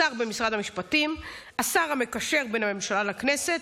שר במשרד המשפטים, השר המקשר בין הממשלה לכנסת,